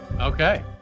Okay